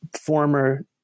former